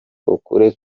ukuri